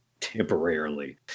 temporarily